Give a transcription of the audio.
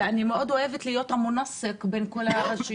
ואני אוהבת להיות המונסק בין כל הרשויות.